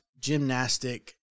gymnastic